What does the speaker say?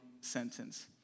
sentence